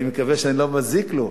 אני מקווה שאני לא מזיק לו,